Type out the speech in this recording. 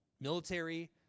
military